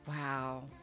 Wow